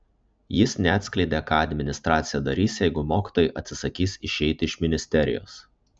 jis neatskleidė ką administracija darys jeigu mokytojai atsisakys išeiti iš ministerijos